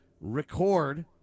record